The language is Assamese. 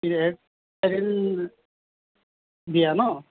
বিয়া ন